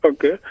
Okay